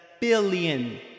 billion